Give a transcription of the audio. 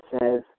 says